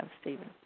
Stephen